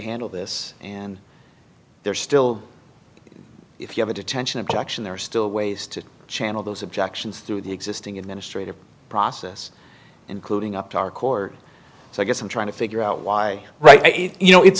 handle this and there's still if you have a detention objection there are still ways to channel those objections through the existing in a straight up process including up to our court so i guess i'm trying to figure out why right you know it's